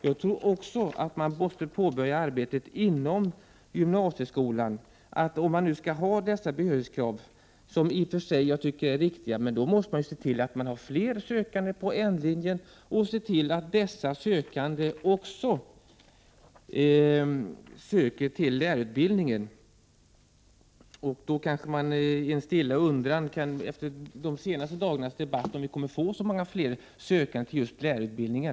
Om vi nu skall ha dessa behörighetskrav, som jag i och för sig tycker är riktiga, måste man påbörja ett arbete inom gymnasieskolan som resulterar i att fler söker till N-linjen och att dessa sökande också söker till lärarutbildningen. En stilla undran, efter de senaste dagarnas debatt, är om vi kommer att få så många fler sökande till just lärarutbilningen.